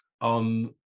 on